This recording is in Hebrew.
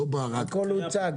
הכול הוצג.